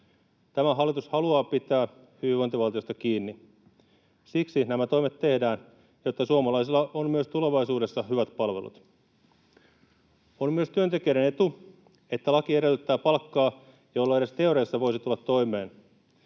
Tämä hallitus haluaa pitää hyvinvointivaltiosta kiinni. Siksi nämä toimet tehdään, jotta suomalaisilla on myös tulevaisuudessa hyvät palvelut. On myös työntekijöiden etu, että laki edellyttää palkkaa, jolla edes teoriassa voisi tulla toimeen.